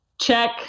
check